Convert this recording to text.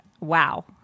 Wow